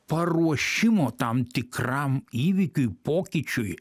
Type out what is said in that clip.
paruošimo tam tikram įvykiui pokyčiui